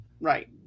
right